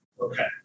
Okay